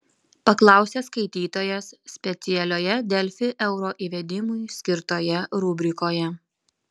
paklausė skaitytojas specialioje delfi euro įvedimui skirtoje rubrikoje